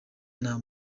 nta